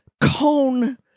cone